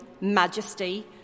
majesty